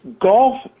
Golf